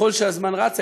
ככל שהזמן רץ,